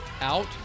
Out